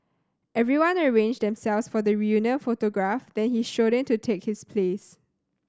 everyone arranged themselves for the reunion photograph then he strode in to take his place